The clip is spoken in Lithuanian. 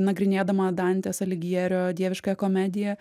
nagrinėdama dantės aligierio dieviškąją komediją